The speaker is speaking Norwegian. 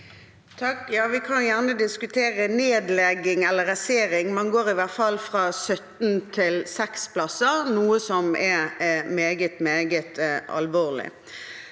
Vi kan gjerne disku- tere nedlegging eller rasering, men det går i hvert fall fra 17 til 6 plasser, noe som er meget, meget alvorlig.